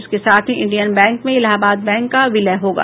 इसके साथ ही इंडियन बैंक में इलाहाबाद बैंक का विलय होगा